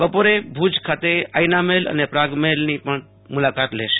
બપોરે ભુજ ખાતે આઇના મહેલ અને પ્રાગ મહેલની પણ મુલાકાત લેશે